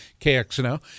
KXNO